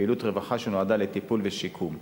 ופעילות רווחה שנועדה לטיפול ולשיקום.